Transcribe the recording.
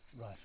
right